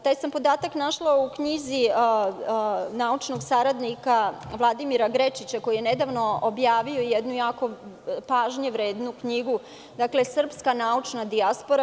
Taj sam podatak našla u knjizi naučnog saradnika Vladimira Grečića, koji je nedavno objavio, pažnje vrednu, knjigu - „Srpska naučna dijaspora“